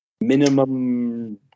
minimum